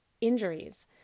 injuries